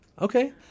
Okay